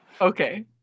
Okay